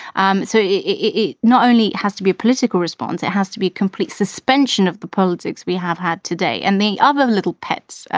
um so it it not only has to be a political response, it has to be complete suspension of the politics we have had today. and the other little pets,